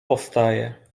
powstaje